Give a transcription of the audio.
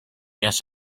guess